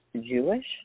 Jewish